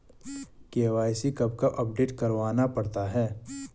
KYC कब कब update करवाना पड़ता है?